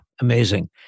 Amazing